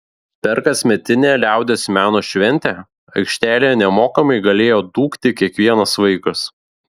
per kasmetinę liaudies meno šventę aikštelėje nemokamai galėjo dūkti kiekvienas vaikas